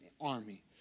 army